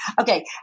Okay